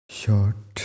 short